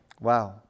Wow